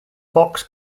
fox